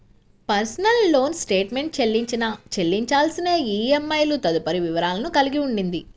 personal loan statement చెల్లించిన, చెల్లించాల్సిన ఈఎంఐలు తదితర వివరాలను కలిగి ఉండిద్ది